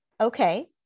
Okay